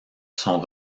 sont